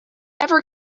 ever